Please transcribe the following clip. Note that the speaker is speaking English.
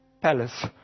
palace